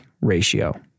ratio